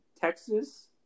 Texas